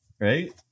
right